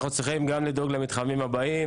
אנחנו צריכים גם לדאוג למתחמים הבאים.